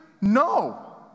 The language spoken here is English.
No